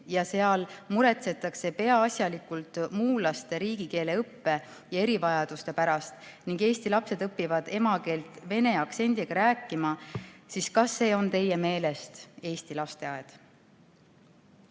ja seal muretsetakse peaasjalikult muulaste riigikeeleõppe ja erivajaduste pärast ning eesti lapsed õpivad emakeelt vene aktsendiga rääkima, siis kas see on teie meelest eesti lasteaed?"